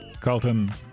Carlton